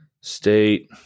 State